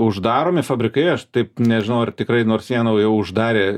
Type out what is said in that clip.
uždaromi fabrikai aš taip nežinau ar tikrai nors vieną jau uždarė